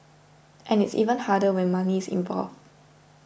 and it's even harder when money is involved